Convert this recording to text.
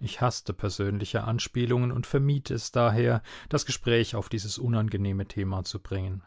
ich haßte persönliche anspielungen und vermied es daher das gespräch auf dieses unangenehme thema zu bringen